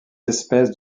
espèces